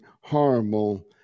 horrible